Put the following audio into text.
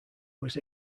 was